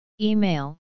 Email